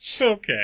Okay